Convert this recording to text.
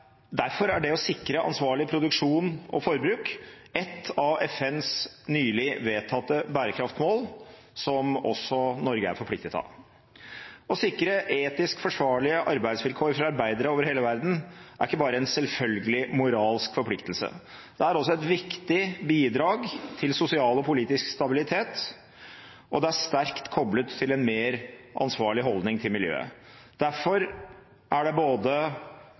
Derfor er det å sikre ansvarlig produksjon og forbruk ett av FNs nylig vedtatte bærekraftsmål, som også Norge er forpliktet av. Å sikre etisk forsvarlige arbeidsvilkår for arbeidere over hele verden er ikke bare en selvfølgelig moralsk forpliktelse, det er også et viktig bidrag til sosial og politisk stabilitet, og det er sterkt koblet til en mer ansvarlig holdning til miljøet. Derfor er det både